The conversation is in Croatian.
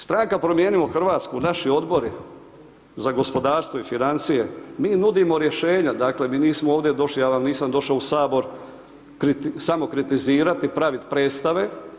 Stranka promijenimo Hrvatsku, naši Odbori za gospodarstvo i financije, mi nudimo rješenja, dakle, mi nismo ovdje došli, ja vam nisam došao u HS samo kritizirati i praviti predstave.